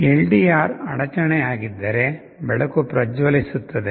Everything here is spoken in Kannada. ಎಲ್ಡಿಆರ್ ಅಡಚಣೆಯಾಗಿದ್ದರೆ ಬೆಳಕು ಪ್ರಜ್ವಲಿಸುತ್ತದೆ